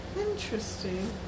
Interesting